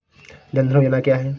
जनधन योजना क्या है?